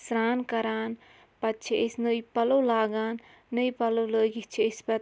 سرٛان کَران پَتہٕ چھِ أسۍ نٔے پَلَو لاگان نٔے پَلَو لٲگِتھ چھِ أسۍ پَتہٕ